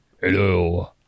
Hello